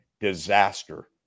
disaster